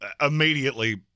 immediately